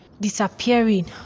disappearing